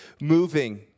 moving